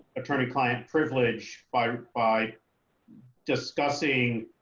attorney client privilege by by discussing